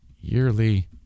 yearly